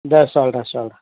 இந்தா சொல்றேன் சொல்றேன்